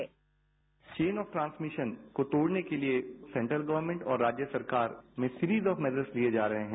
sound bite chain of transmission को तोड़ने के लिए सेंट्रल गवरमेंट और राज्य सरकार में सीरिज ऑफ मेजर्स लिये जा रहे हैं